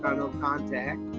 ah no contact.